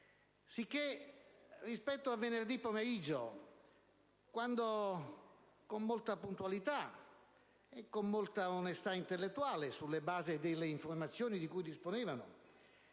Sicché, rispetto a venerdì pomeriggio, quando, con molta puntualità e con molta onestà intellettuale, sulla base delle informazioni di cui disponevano,